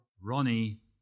Ronnie